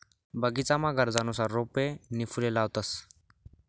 बगीचामा गरजनुसार रोपे नी फुले लावतंस